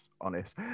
Honest